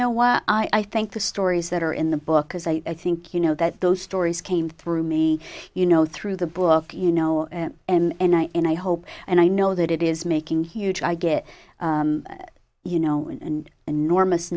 know what i think the stories that are in the book because i think you know that those stories came through me you know through the book you know and i and i hope and i know that it is making huge i get you know and an enormous